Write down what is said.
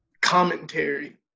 commentary